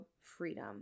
freedom